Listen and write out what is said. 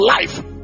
life